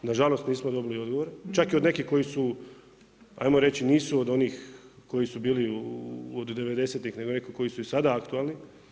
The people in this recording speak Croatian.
Na žalost nismo dobili odgovore, čak i od nekih koji su hajmo reći nisu od onih koji su bili od devedesetih nego neki koji su i sada aktualni.